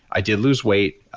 i did lose weight,